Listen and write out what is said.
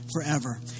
forever